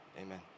amen